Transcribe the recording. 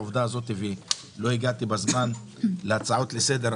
לא הגעתי בזמן להצעות לסדר,